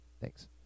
Thanks